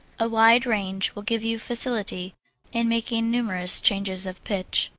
a wide range will give you facility in making numerous changes of pitch.